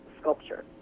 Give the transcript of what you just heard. sculpture